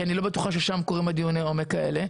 כי אני לא בטוחה ששם מתרחשים אירועי עומק אלה,